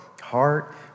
heart